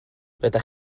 rydych